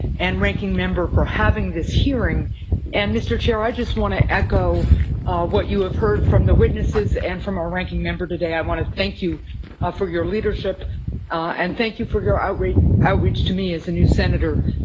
and ranking member for having this hearing and mr. chair, i just want to echo what you have heard from the witnesses and from our ranking member today. i want to thank you for your leadership and thank you for your outreach outreach to me as a new senator,